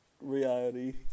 reality